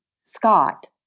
Scott